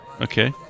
Okay